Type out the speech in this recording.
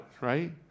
right